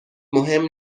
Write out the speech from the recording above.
مهم